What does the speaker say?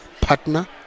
partner